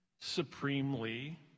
supremely